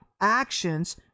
actions